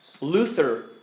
Luther